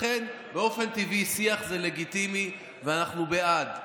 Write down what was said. באופן טבעי שיח זה לגיטימי ואנחנו בעד.